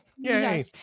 Yay